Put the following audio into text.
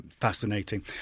Fascinating